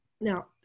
Now